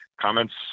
comments